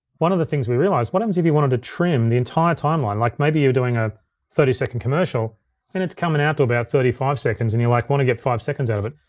one of the things we realized, what happens if you wanted to trim the entire timeline, like maybe you're doing a thirty second commercial and it's comin' out to about thirty five seconds, and you like wanna get five seconds out of it.